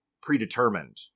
predetermined